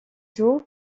jour